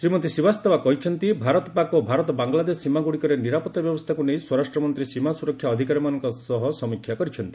ଶ୍ରୀମତୀ ଶ୍ରୀବାସ୍ତବା କହିଛନ୍ତି ଭାରତ ପାକ୍ ଓ ଭାରତ ବାଙ୍ଗଲାଦେଶ ସୀମାଗୁଡ଼ିକରେ ନିରାପତ୍ତା ବ୍ୟବସ୍ଥାକୁ ନେଇ ସ୍ୱରାଷ୍ଟ ମନ୍ତ୍ରୀ ସୀମା ସ୍ୱରକ୍ଷା ଅଧିକାରୀମାନଙ୍କ ସହ ସମୀକ୍ଷା କରିଛନ୍ତି